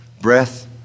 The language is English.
breath